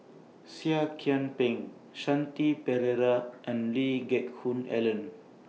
Seah Kian Peng Shanti Pereira and Lee Geck Hoon Ellen